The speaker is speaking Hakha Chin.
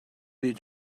nih